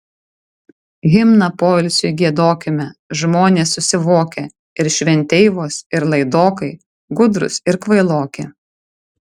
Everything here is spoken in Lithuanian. himną poilsiui giedokime žmonės susivokę ir šventeivos ir laidokai gudrūs ir kvailoki